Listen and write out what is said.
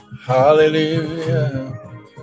Hallelujah